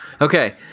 Okay